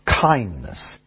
kindness